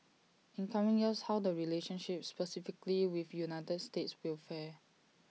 in coming years how the relationship specifically with united states will fare